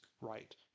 right